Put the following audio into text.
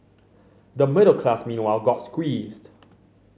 the middle class meanwhile got squeezed